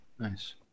Nice